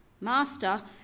Master